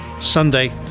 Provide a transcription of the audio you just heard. Sunday